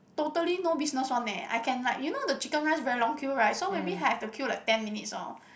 totally no business one eh I can like you know the chicken rice very long queue right so maybe I have to queue like ten minutes know